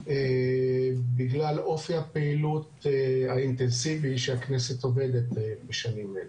בגלל אופי הפעילות האינטנסיבי שהכנסת עובדת בשנים אלה.